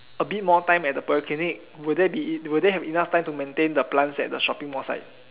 a bit more time at the polyclinic will there be it will there be a bit more time at the shopping mall side